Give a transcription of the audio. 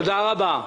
תודה רבה.